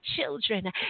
children